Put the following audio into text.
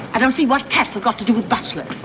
i don't see what cats we've got to do with bartlett